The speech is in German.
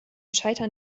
scheitern